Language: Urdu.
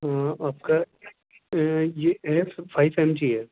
آپ کا یہ ایپس فائیو ایم جی ہے